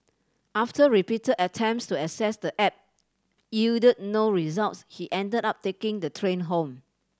after repeated attempts to access the app yielded no results he ended up taking the train home